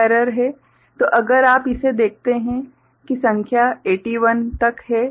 तो अगर आप इसे देखते हैं कि संख्या 81 तक है यह 2 डिजिट की संख्या है